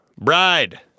bride